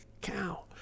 cow